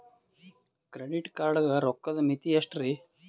Credit card ಗ ರೋಕ್ಕದ್ ಮಿತಿ ಎಷ್ಟ್ರಿ?